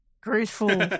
graceful